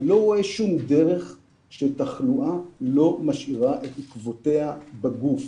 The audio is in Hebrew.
אני לא רואה שום דרך שתחלואה לא משאירה את עקבותיה בגוף.